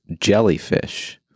Jellyfish